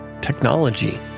technology